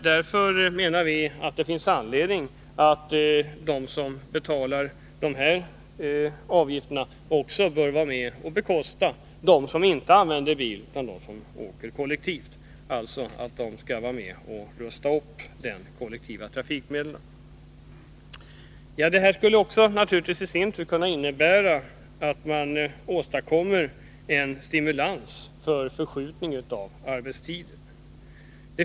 Därför bör de också vara med och betala kollektivtrafikanternas kostnader och en upprustning av kollektivtrafikmedlen. Avgiften skulle också kunna innebära en stimulans för att åstadkomma förskjutna arbetstider.